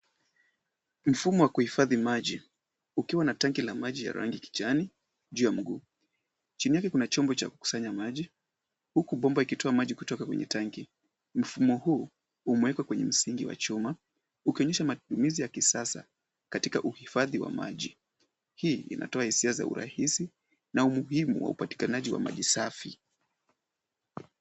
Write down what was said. Mfumo wa kuhifadhi maji ukiwa na tanki la maji ya rangi kijani juu ya mguu. Chini yake kuna chombo cha kukusanya maji, huku bomba ikitoa maji kutoka kwenye tanki. Mfumo huu umewekwa kwenye msingi wa chuma ukionyesha matumizi ya kisasa katika uhifadhi wa maji. Hii inatoa hisia za urahisi na umuhimu wa upatikanaji wa maji safi.